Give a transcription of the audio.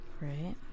Right